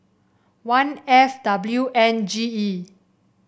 one F W N G E